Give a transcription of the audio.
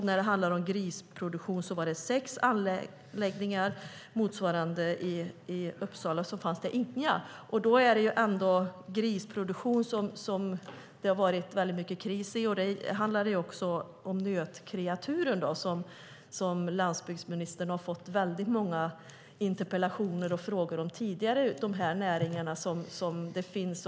När det handlar om grisproduktion var det 6 anläggningar i Västra Götaland och inga i Uppsala. Landsbygdsministern har fått många interpellationer och frågor om dessa näringar, och det finns en oro. Det har varit kris i grisproduktionen, och det har också handlat om nötkreatur.